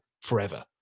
forever